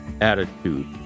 attitude